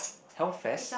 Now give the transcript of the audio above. Hell Fest